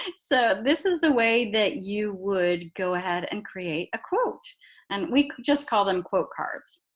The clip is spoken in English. and so this is the way that you would go ahead and create a quote and we just call them quote cards